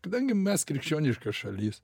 kadangi mes krikščioniška šalis